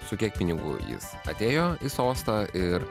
su kiek pinigų jis atėjo į sostą ir